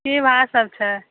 की भाओ सभ छै